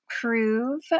prove